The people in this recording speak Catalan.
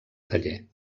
taller